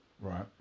Right